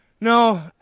No